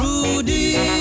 Rudy